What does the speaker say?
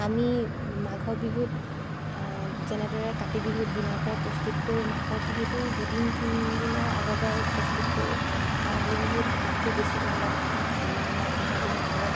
আমি মাঘ বিহুত যেনেদৰে কাতি বিহুত দিনৰ পৰা প্ৰস্তুত কৰোঁ মাঘ বিহুতো দুদিন তিনি দিনৰ আগৰ পৰাই প্ৰস্তুত কৰোঁ ৰঙালী বিহুত তাতকৈ বেছিকৈ অলপ এমাহ বা পোন্ধৰ দিন আগৰ পৰা